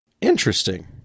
Interesting